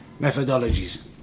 methodologies